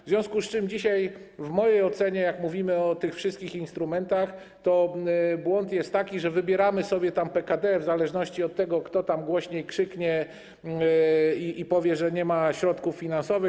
W związku z tym dzisiaj w mojej ocenie, jeśli mówimy o tych wszystkich instrumentach, to błąd jest taki, że wybieramy sobie PKD w zależności od tego, kto tam głośniej krzyknie i powie, że nie ma środków finansowych.